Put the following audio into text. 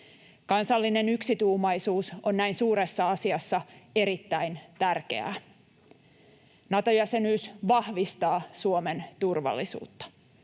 Kansallinen yksituumaisuus on näin suuressa asiassa erittäin tärkeää. Nato-jäsenyys vahvistaa Suomen turvallisuutta.